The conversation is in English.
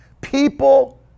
People